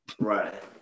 Right